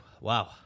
Wow